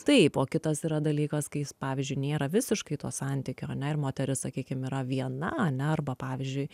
taip o kitas yra dalykas kai jis pavyzdžiui nėra visiškai to santykio ane ir moteris sakykim yra viena ane arba pavyzdžiui